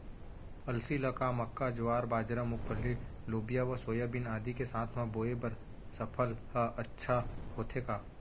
अलसी ल का मक्का, ज्वार, बाजरा, मूंगफली, लोबिया व सोयाबीन आदि के साथ म बोये बर सफल ह अच्छा होथे का?